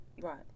Right